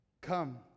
come